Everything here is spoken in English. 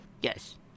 yes